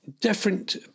different